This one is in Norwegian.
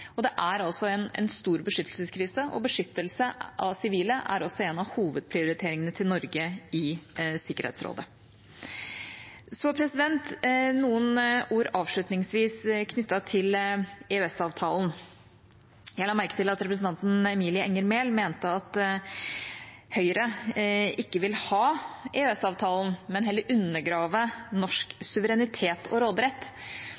Det er altså en stor beskyttelseskrise, og beskyttelse av sivile er også en av hovedprioriteringene til Norge i Sikkerhetsrådet. Så noen ord avslutningsvis knyttet til EØS-avtalen. Jeg la merke til at representanten Emilie Enger Mehl mente at Høyre ikke vil ha EØS-avtalen, men heller undergrave